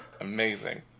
Amazing